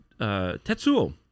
tetsuo